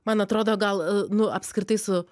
man atrodo gal nu apskritai su